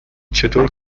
چطور